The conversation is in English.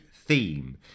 theme